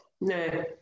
no